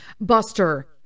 Buster